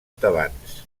tebans